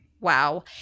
Wow